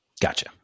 Gotcha